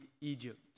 Egypt